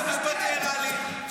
הייעוץ המשפטי הראה לי,